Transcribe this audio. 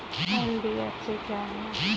NBFC क्या है?